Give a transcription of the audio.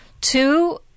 Two